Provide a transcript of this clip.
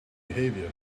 behavior